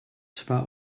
zwar